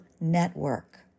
network